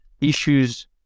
issues